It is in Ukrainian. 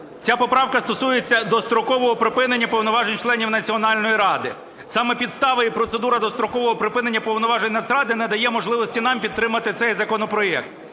Ця поправка стосується дострокового припинення повноважень членів Національної ради. Саме підстава і процедура дострокового припинення повноважень Нацради не дає можливості нам підтримати цей законопроект.